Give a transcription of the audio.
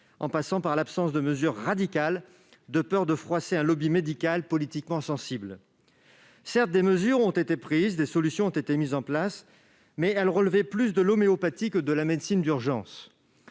en passant par l'absence de mesures radicales, de peur de froisser un lobby médical politiquement sensible. Certes, des mesures ont été prises et des solutions mises en place, mais elles relevaient plus de l'homéopathie que de la médecine d'urgence.